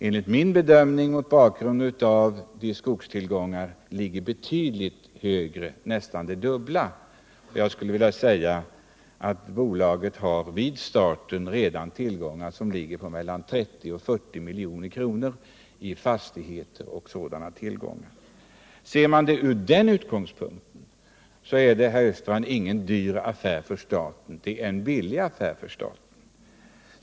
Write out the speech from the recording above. Enligt min bedömning är skogstillgångarnas värde betydligt högre, nästan det dubbla. Jag skulle vilja säga att bolaget har vid övertagandet tillgångar på mellan 30 och 40 milj.kr. placerade i fastigheter och sådant. Sett utifrån den utgångspunkten är det, herr Östrand, ingen dyr affär för staten. Det är en billig affär för staten.